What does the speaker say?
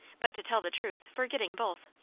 but, to tell the truth, forgetting both.